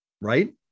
right